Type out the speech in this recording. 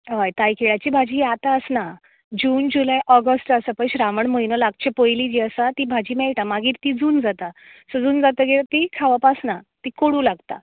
हय ताळकिळ्याची भाजी आतां आसना जून जुलय ऑगस्ट आसा पळय श्रावण म्हयनो लागच्या पयलीं जी आता ती भाजी मेळटा मागीर ती जून जाता जून जातकीर ती खावप आसना ती कोडू लागता